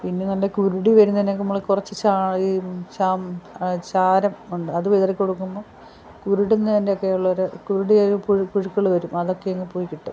പിന്നെ നല്ല കുരുടി വരുന്നതിനെയൊക്കെ നമ്മൾ കുറച്ച് ചാ ചാരം ഉണ്ട് അത് വിതറി കൊടുക്കുമ്പം കുരുടുന്നതിൻ്റെയൊക്കെയുള്ളൊരു കുരുടിയാ പുഴുക്കൾ വരും അതൊക്കെയങ്ങു പോയിക്കിട്ടും